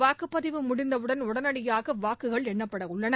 வாக்குப்பதிவு முடிந்தவுடன் உடனடியாக வாக்குகள் எண்ணப்பட உள்ளன